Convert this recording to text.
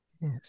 Yes